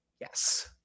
Yes